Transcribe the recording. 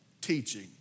teaching